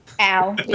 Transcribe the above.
Ow